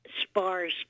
sparse